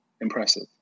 impressive